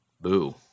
Boo